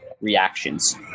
reactions